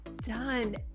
done